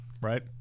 Right